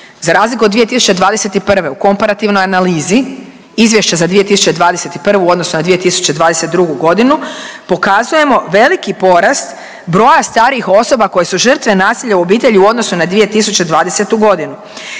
za razliku od 2021. u komparativnoj analizi izvješća za 2021. u odnosu na 2022.g. pokazujemo veliki porast broja starijih osoba koje su žrtve nasilja u obitelji u odnosu na 2020.g.,